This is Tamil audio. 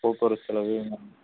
போக்குவரத்து செலவு